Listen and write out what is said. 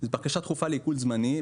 בקשה דחופה לעיקול זמני,